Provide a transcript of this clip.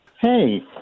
Hey